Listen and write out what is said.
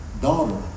daughter